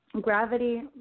Gravity